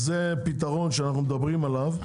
אז זה פתרון שאנחנו מדברים עליו,